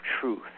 truth